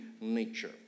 nature